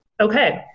Okay